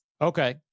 Okay